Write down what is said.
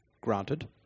granted